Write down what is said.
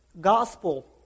Gospel